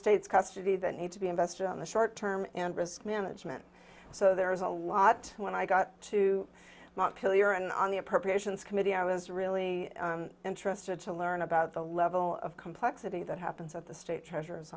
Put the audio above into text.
state's custody that need to be invested on the short term and risk management so there is a lot when i got to montpelier and on the appropriations committee i was really interested to learn about the level of complexity that happens at the state treasure